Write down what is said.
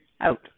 out